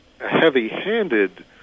heavy-handed